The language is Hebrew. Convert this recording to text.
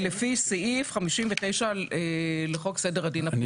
לפי סעיף 59 לחוק סדר הדין הפלילי.